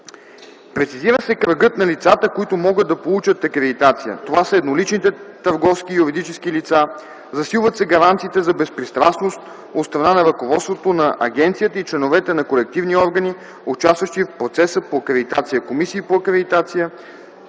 Прецизира се кръгът на лицата, които могат да получат акредитация. Това са едноличните търговски и юридически лица. Засилват се гаранциите за безпристрастност от страна на ръководството на агенцията и членовете на колективни органи, участници в процеса по акредитация – комисии по акредитация,